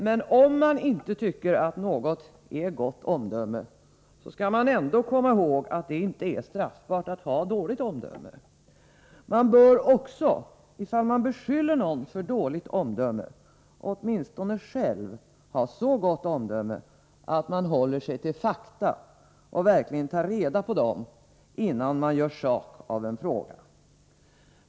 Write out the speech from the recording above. Men om man tycker att något inte är gott omdöme, skall man ändå komma ihåg att det inte är straffbart att ha dåligt omdöme. Man bör också, i fall man beskyller någon för dåligt omdöme, åtminstone själv ha så gott omdöme att man håller sig till fakta och verkligen tar reda på dem, innan man gör sak av en fråga.